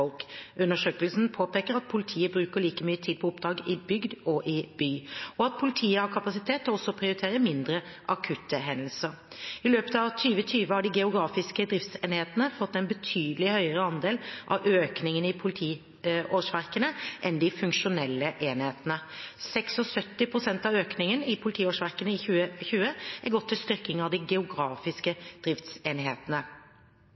Undersøkelsen påpeker at politiet bruker like mye tid på oppdrag i bygd som i by, og at politiet har kapasitet til også å prioritere mindre akutte hendelser. I løpet av 2020 har de geografiske driftsenhetene fått en betydelig høyere andel av økningen i politiårsverkene enn de funksjonelle enhetene. 76 pst. av økningen i politiårsverkene i 2020 har gått til styrking av de